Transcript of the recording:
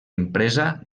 impresa